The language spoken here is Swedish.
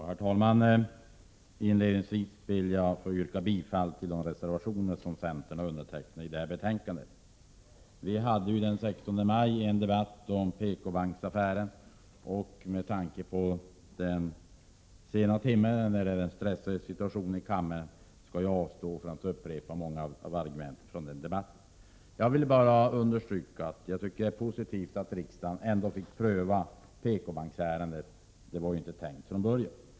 Herr talman! Inledningsvis vill jag yrka bifall till de reservationer till detta betänkande som centern har undertecknat. Vi hade ju den 16 maj en debatt om PKbanksaffären, och med tanke på den stressade situationen i kammaren skall jag avstå från att upprepa många av argumenten från den debatten. Jag vill bara understryka att jag tycker att det är positivt att riksdagen ändå fick pröva PKbanksärendet — så var ju inte tänkt från början.